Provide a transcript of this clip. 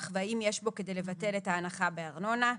והאם יש בו כדי לבטל את ההנחה בארנונה.